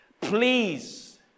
please